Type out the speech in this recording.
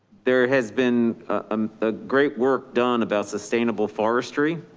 there has been um a great work done about sustainable forestry.